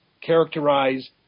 characterize